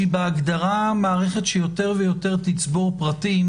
שהיא בהגדרה מערכת שיותר ויותר תצבור פרטים